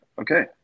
Okay